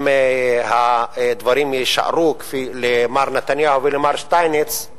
אם הדברים יישארו אצל מר נתניהו ומר שטייניץ,